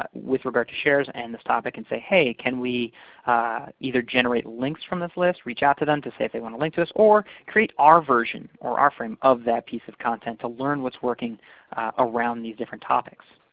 but with regard to shares and this topic? and say, hey, can we either generate links from this list, reach out to them to see if they want to link to us, or create our version or our frame of that piece of content to learn what's working around these different topics?